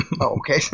Okay